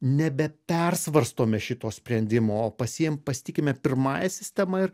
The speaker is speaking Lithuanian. nebepersvarstome šito sprendimo o pasiim pasitikime pirmąja sistema ir